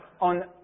on